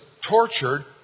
tortured